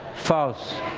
false.